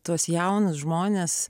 tuos jaunus žmones